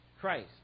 Christ